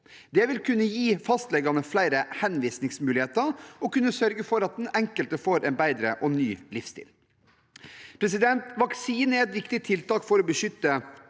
Det vil kunne gi fastlegene flere henvisningsmuligheter og sørge for at den enkelte får en ny og bedre livsstil. Vaksiner er et viktig tiltak for å beskytte